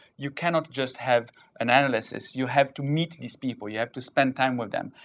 you cannot just have analysis. you have to meet these people. you have to spend time with them.